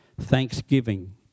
Thanksgiving